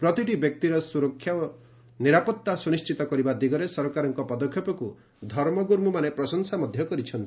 ପ୍ରତିଟି ବ୍ୟକ୍ତିର ସୁରକ୍ଷା ଓ ନିରାପଡା ସୁନିଶ୍ଚିତ କରିବା ଦିଗରେ ସରକାରଙ୍କ ପଦକ୍ଷେପକୁ ଧର୍ମଗୁରୁମାନେ ପ୍ରଶଂସା କରିଚ୍ଛନ୍ତି